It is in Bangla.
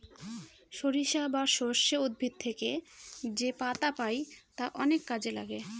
সরিষা বা সর্ষে উদ্ভিদ থেকে যেপাতা পাই তা অনেক কাজে লাগে